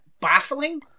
baffling